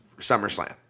SummerSlam